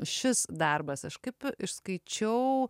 šis darbas aš kaip išskaičiau